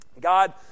God